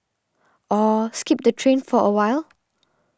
or skip the train for awhile